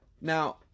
now